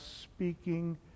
speaking